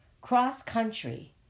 cross-country